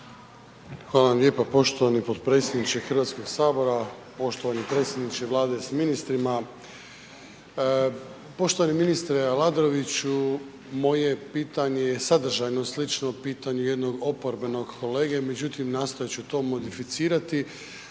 Hvala vam lijepa poštovani potpredsjedniče Hrvatskog sabora, poštivani predsjedniče Vlade sa ministrima. Poštovani ministre Aladroviću, moje pitanje je sadržajno, slično pitanje jednog oporbenog kolege međutim nastojat ću to modificirati